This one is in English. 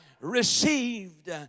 received